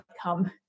come